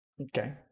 Okay